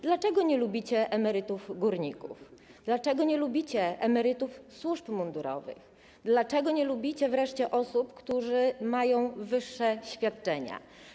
Dlaczego nie lubicie emerytów górników, dlaczego nie lubicie emerytów służb mundurowych, dlaczego nie lubicie wreszcie osób, które mają wyższe świadczenia?